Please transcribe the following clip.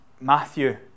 Matthew